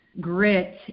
grit